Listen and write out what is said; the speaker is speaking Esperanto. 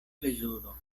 plezuro